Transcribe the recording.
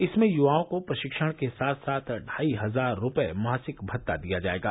इसमें युवाओं को प्रशिक्षण के साथ साथ ढाई हजार रूपये मासिक भत्ता दिया जाएगा